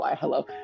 hello